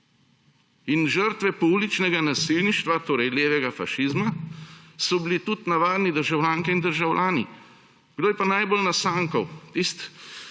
Žrtve pouličnega nasilništva, torej levega fašizma, so bili tudi navadni državljanke in državljani. Kdo je pa najbolj nasankal? Tisti